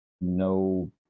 no